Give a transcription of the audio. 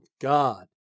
God